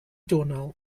donau